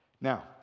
Now